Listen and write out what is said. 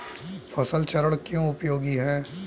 फसल चरण क्यों उपयोगी है?